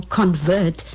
convert